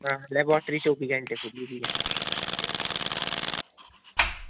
हां लेबाट्री चौबी घैंटे खु'ल्ली दी ऐ